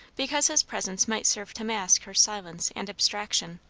because his presence might serve to mask her silence and abstraction.